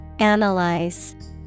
Analyze